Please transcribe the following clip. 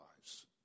lives